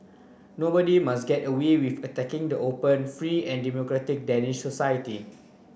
nobody must get away with attacking the open free and democratic Danish society